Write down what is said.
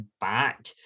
back